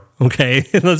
okay